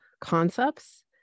concepts